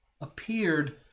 appeared